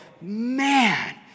man